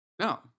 No